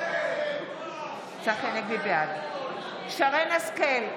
בעד שרן מרים השכל,